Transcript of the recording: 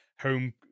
Home